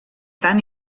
tan